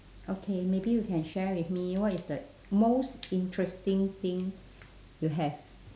okay maybe you can share with me what is the most interesting thing you have